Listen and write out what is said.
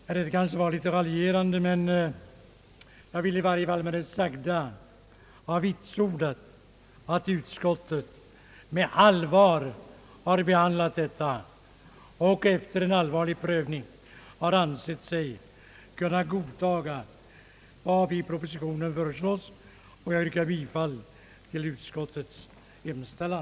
Detta är kanske att raljera en smula, men jag vill med det sagda ha vitsordat att utskottet med allvar har behandlat detta spörsmål och efter en allvarlig prövning har ansett sig kunna godta vad som föreslås i propositionen. Jag yrkar bifall till utskottets hemställan.